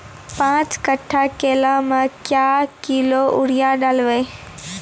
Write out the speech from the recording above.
पाँच कट्ठा केला मे क्या किलोग्राम यूरिया डलवा?